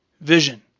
vision